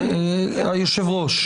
היושב-ראש.